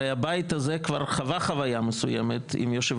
הרי הבית הזה כבר חווה חוויה מסוימת עם יושב